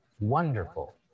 wonderful